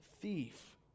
thief